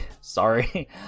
sorry